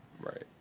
Right